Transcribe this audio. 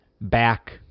back